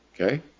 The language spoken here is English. Okay